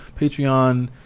Patreon